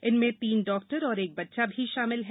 इनमें तीन डॉक्टर और एक बच्चा भी शामिल है